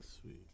Sweet